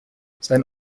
sein